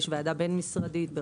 יש ועדה בין משרדית.